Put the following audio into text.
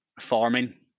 farming